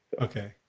Okay